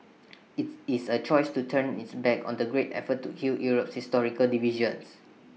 IT is A choice to turn its back on the great effort to heal Europe's historical divisions